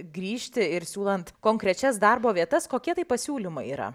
grįžti ir siūlant konkrečias darbo vietas kokie tai pasiūlymai yra